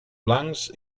blancs